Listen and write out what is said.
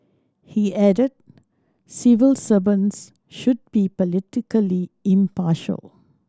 he added civil servants should be politically impartial